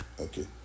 Okay